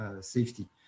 safety